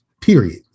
period